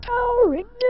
Powering